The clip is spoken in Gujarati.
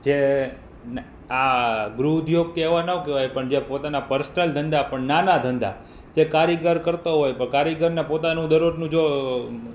જે આ ગૃહ ઉદ્યોગ કે એવા ન કહેવાય પણ જે પોતાના પર્સનલ ધંધા પણ નાના ધંધા જે કારીગર કરતો હોય પણ કારીગરને પોતાનું દરરોજનું જો